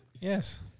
Yes